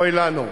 אוי לנו.